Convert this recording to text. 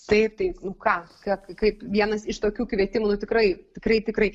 taip tai nu ką kaip vienas iš tokių kvietimų tikrai tikrai tikrai